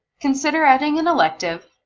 consider adding an elective,